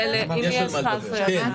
יש על מה לדבר.